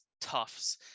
tufts